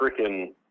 freaking